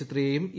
ചിത്രയെയും E